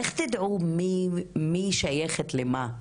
איך תדעו מי שייכת למה,